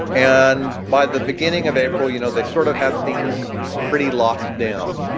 and by the beginning of april, you know, they sort of had things pretty locked down.